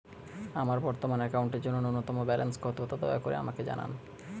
আমার বর্তমান অ্যাকাউন্টের জন্য ন্যূনতম ব্যালেন্স কত তা দয়া করে আমাকে জানান